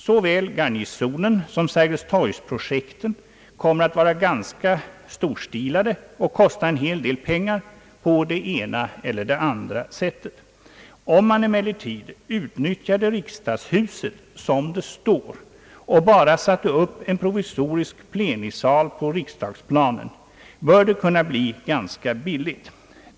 Såväl Garnisonssom Sergeltorgs-projekten kommer att vara ganska storstilade och kosta en hel del pengar på det ena eller det andra sättet. Om man emellertid utnyttjade riksdagshuset som det står och bara satte upp en provisorisk plenisal på riksdagshusplanen, borde det kunna bli ganska billigt.